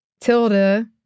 Tilda